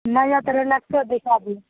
नहि यऽ तऽ रिलैक्सो देखै दिऔ